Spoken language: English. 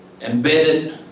Embedded